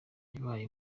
habaye